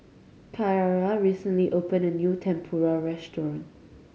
Kyara recently opened a new Tempura restaurant